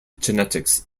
genetics